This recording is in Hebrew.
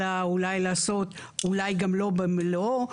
אלא אולי גם לא במלואו,